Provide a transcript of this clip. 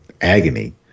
agony